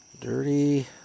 Dirty